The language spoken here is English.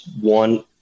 one